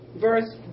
verse